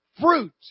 fruit